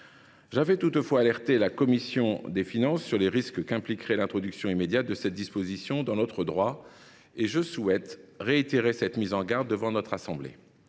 J’avais toutefois alerté la commission des finances sur les risques qu’impliquerait l’introduction immédiate de cette disposition dans notre droit. Je souhaite réitérer cette mise en garde devant notre assemblée.